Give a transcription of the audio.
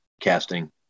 casting